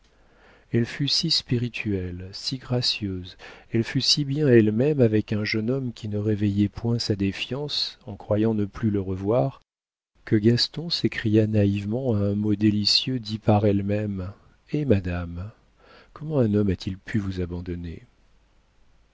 elle fut si spirituelle si gracieuse elle fut si bien elle-même avec un jeune homme qui ne réveillait point sa défiance en croyant ne plus le revoir que gaston s'écria naïvement à un mot délicieux dit par elle-même eh madame comment un homme a-t-il pu vous abandonner